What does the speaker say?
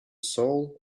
soul